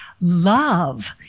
love